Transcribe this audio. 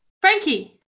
Frankie